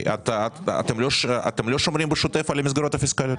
אתם לא שומרים בשוטף על המסגרות הפיסקליות?